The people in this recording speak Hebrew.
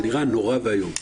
זה נראה נורא ואיום.